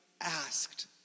asked